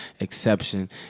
exception